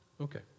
Okay